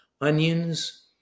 onions